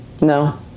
No